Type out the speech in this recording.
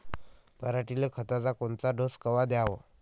पऱ्हाटीले खताचा कोनचा डोस कवा द्याव?